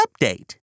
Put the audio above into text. update